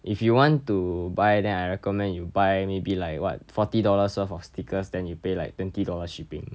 if you want to buy then I recommend you buy maybe like what forty dollars worth of stickers then you pay like twenty dollars shipping